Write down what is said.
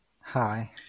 Hi